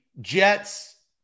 jets